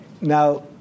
Now